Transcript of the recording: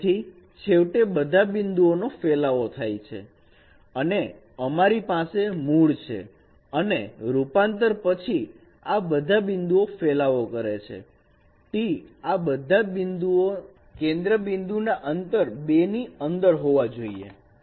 તેથી છેવટે બધા બિંદુઓનો ફેલાવો થાય છે અને અમારી પાસે મૂળ છે અને રૂપાંતર પછીઆ બધા બિંદુઓ ફેલાવો કરે છે T આ બધા જ બિંદુઓ કેન્દ્ર બિંદુ ના અંતર 2 ની અંદર હોવા જોઈએ